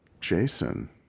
Jason